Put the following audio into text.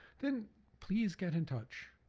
then please get in touch.